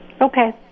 Okay